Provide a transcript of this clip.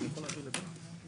הם יכולים להציג את זה.